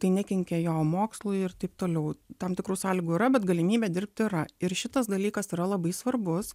tai nekenkia jo mokslui ir taip toliau tam tikrų sąlygų yra bet galimybė dirbt yra ir šitas dalykas yra labai svarbus